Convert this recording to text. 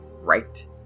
Right